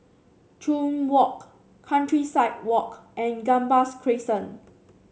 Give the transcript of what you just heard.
Chuan Walk Countryside Walk and Gambas Crescent